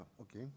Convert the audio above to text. Okay